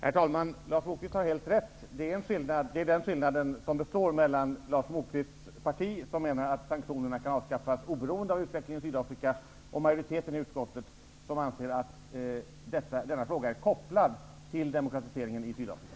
Fru talman! Lars Moquist har helt rätt. Den skillnad som består mellan Lars Moquists parti och majoriteten i utskottet är, att Ny demokrati menar att sanktionerna kan avskaffas oberoende av utvecklingen i Sydafrika och majoriteten i utskottet anser att denna fråga är kopplad till demokratiseringen i Sydafrika.